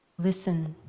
listen.